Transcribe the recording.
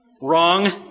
Wrong